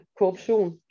korruption